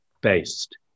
based